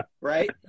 right